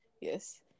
yes